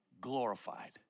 glorified